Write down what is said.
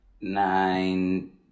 Nine